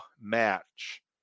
match